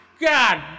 God